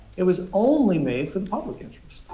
it was only made for the public interest.